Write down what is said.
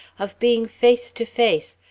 of being face to face,